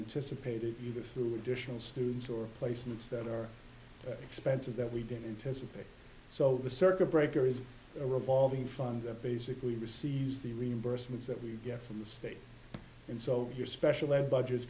anticipated either through additional students or placements that are expensive that we didn't anticipate so the circuit breaker is a revolving fund that basically receives the reimbursements that we get from the state and so your special ed budget